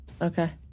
Okay